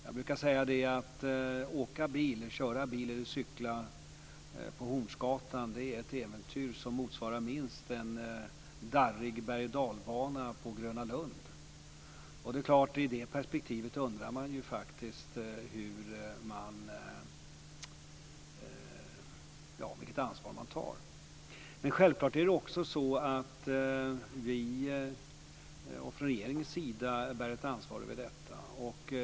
Jag brukar säga: Att åka eller köra bil eller cykla på Hornsgatan är ett äventyr som motsvarar minst en darrig bergochdalbana på Gröna Lund. I det perspektivet undrar man faktiskt vilket ansvar de tar. Självfallet har vi också från regeringens sida ett ansvar för detta.